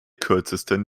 kürzesten